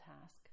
task